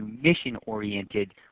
mission-oriented